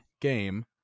game